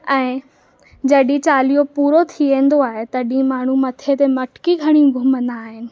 ऐं जॾहिं चालियो पूरो थी वेंदो आहे तॾहिं माण्हू मथे ते मटकी खणी घुमंदा आहिनि